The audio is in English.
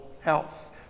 House